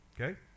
Okay